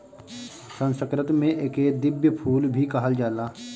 संस्कृत में एके दिव्य फूल भी कहल जाला